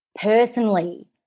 personally